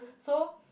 so